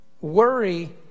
Worry